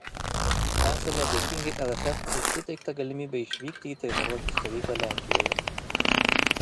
esame dėkingi lff už suteiktą galimybę išvykti į treniruočių stovyklą lenkijoje